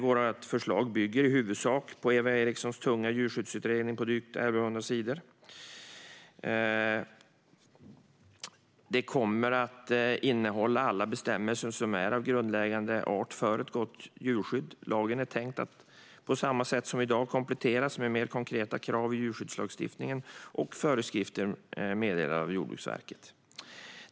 Vårt förslag bygger i huvudsak på Eva Erikssons tunga djurskyddsutredning på drygt 1 100 sidor och kommer att innehålla alla bestämmelser som är av grundläggande art för ett gott djurskydd. Lagen är tänkt att på samma sätt som i dag kompletteras med mer konkreta krav i djurskyddsförordningen och föreskrifter meddelade av Jordbruksverket.